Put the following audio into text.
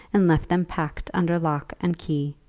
and left them packed under lock and key,